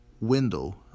window